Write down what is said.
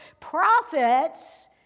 prophets